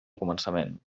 començament